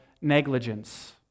negligence